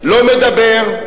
לא מדבר,